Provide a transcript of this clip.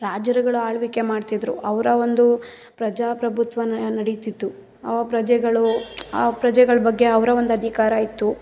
ರಾಜರುಗಳು ಆಳ್ವಿಕೆ ಮಾಡ್ತಿದ್ದರು ಅವರ ಒಂದು ಪ್ರಜಾಪ್ರಭುತ್ವನೇ ನಡೀತಿತ್ತು ಆ ಪ್ರಜೆಗಳು ಆ ಪ್ರಜೆಗಳ ಬಗ್ಗೆ ಅವರ ಒಂದು ಅಧಿಕಾರ ಇತ್ತು